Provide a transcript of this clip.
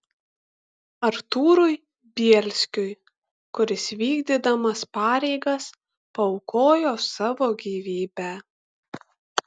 artūrui bielskiui kuris vykdydamas pareigas paaukojo savo gyvybę